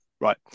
Right